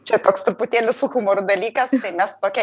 čia toks truputėlį su humoru dalykas mes tokią